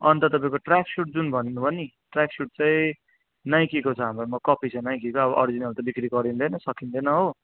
अन्त तपाईँको ट्र्याकसुट जुन भन्नु भ नि ट्र्याकसुट चाहिँ नाइकीको छ हाम्रोमा कपी छ नाइकीको अब अरिजिनल त बिक्री गरिँदैन सकिँदैन हो